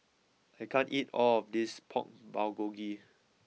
I can't eat all of this Pork Bulgogi